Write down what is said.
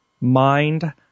mind